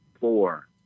four